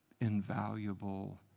invaluable